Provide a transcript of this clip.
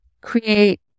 create